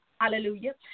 Hallelujah